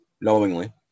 knowingly